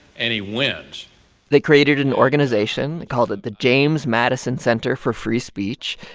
and he wins they created an organization called it the james madison center for free speech,